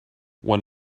when